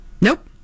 Nope